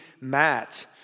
Matt